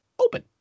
open